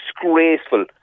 disgraceful